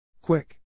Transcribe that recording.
Quick